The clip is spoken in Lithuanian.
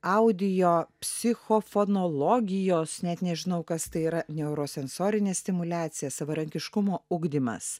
audio psichofonologijos net nežinau kas tai yra neurosensorinė stimuliacija savarankiškumo ugdymas